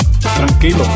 tranquilo